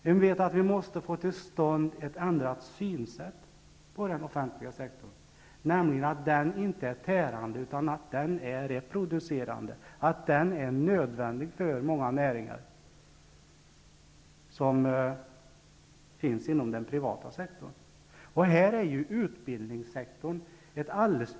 Vi vet att vi måste få till stånd en ändrad syn på den offentliga sektorn, nämligen att den inte är tärande utan producerande och nödvändig för många näringar inom den privata sektorn. Ett alldeles ypperligt exempel på det är utbildningssektorn med vuxenutbildningen.